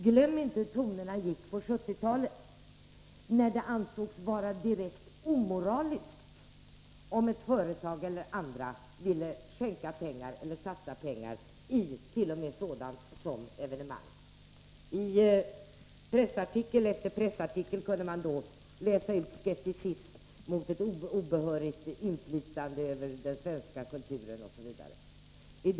Glöm inte hur tonerna gick på 1970-talet, när det ansågs vara direkt omoraliskt om ett företag eller andra ville satsa pengar t.o.m. i sådant som evenemang. I pressartikel efter pressartikel kunde man då utläsa skepsis mot ett obehörigt inflytande över den svenska kulturen, osv.